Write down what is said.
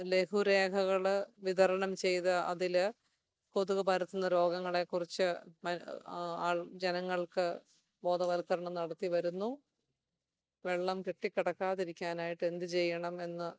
ലഘുലേഖകൾ വിതരണം ചെയ്തു അതിൽ കൊതുക് പരത്തുന്ന രോഗങ്ങളെ കുറിച്ചു ആൾ ജനങ്ങൾക്ക് ബോധവൽക്കരണം നടത്തി വരുന്നു വെള്ളം കെട്ടി കിടക്കാതിരിക്കാനായിട്ട് എന്ത് ചെയ്യണം എന്ന്